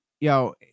yo